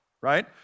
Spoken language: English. right